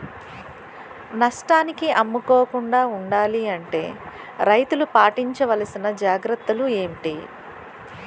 నష్టానికి అమ్ముకోకుండా ఉండాలి అంటే రైతులు పాటించవలిసిన జాగ్రత్తలు ఏంటి